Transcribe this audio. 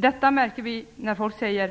Detta märker vi när folk säger